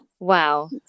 Wow